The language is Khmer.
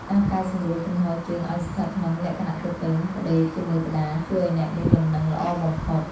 ការកែសម្រួលជំហរជើងឱ្យស្ថិតក្នុងលក្ខណៈទទឹងផ្ដេកជាមួយក្ដារ ជួយឱ្យអ្នកមានលំនឹងល្អបំផុត។